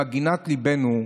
למגינת ליבנו,